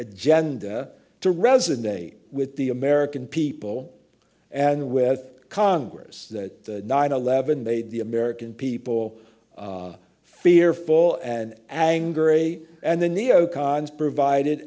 agenda to resonate with the american people and with congress that nine eleven they the american people fearful and angry and the neo cons provided